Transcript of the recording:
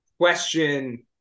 question